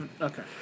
Okay